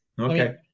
Okay